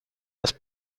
las